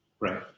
Right